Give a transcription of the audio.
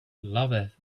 loveth